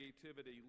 creativity